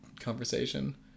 conversation